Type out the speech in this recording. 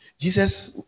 Jesus